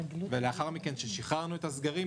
ולאחר מכן ששחררנו את הסגרים,